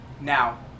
Now